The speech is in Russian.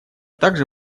также